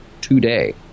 today